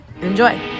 Enjoy